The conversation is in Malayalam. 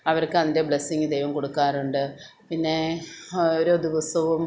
അവർക്ക് അതിൻറെ ബ്ലെസ്സിങ്ങ് ദൈവം കൊടുക്കാറുണ്ട് പിന്നെ ഓരോ ദിവസവും